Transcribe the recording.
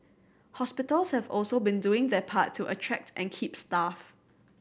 hospitals have also been doing their part to attract and keep staff